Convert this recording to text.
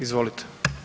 Izvolite.